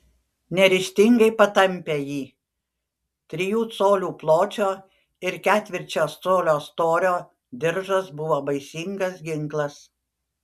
neryžtingai patampė jį trijų colių pločio ir ketvirčio colio storio diržas buvo baisingas ginklas